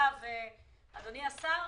6,000 ילדים.